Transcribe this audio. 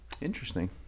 Interesting